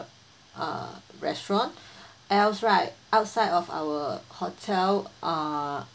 uh restaurant else right outside of our hotel uh